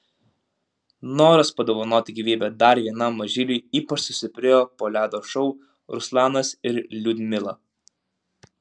noras padovanoti gyvybę dar vienam mažyliui ypač sustiprėjo po ledo šou ruslanas ir liudmila